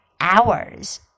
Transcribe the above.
hours